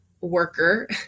worker